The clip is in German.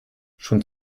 schon